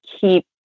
keep